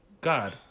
God